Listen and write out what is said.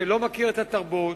שלא מכיר את התרבות,